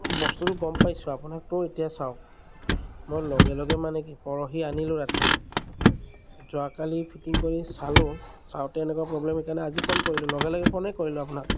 বস্তুটো গম পাইছোঁ আপোনাকতো এতিয়া চাওঁক মই লগে লগে মানে কি পৰহি আনিলোঁ ৰাতি যোৱাকালি ফিটিং কৰি চালোঁ চাওঁতে এনেকুৱা প্ৰব্লেম হ'ল সেইকাৰণে আজি ফোন কৰিলোঁ লগে লগে ফোনে কৰিলোঁ আপোনাক